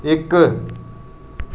इक